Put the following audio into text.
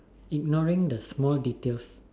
ignoring the small details